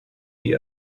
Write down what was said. die